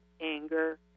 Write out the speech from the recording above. anger